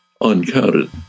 uncounted